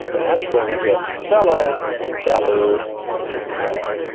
and that's where we get fellow and feller and fela.